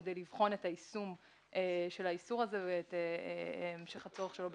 כדי לבחון את היישום של האיסור הזה ואת הצורך שלו.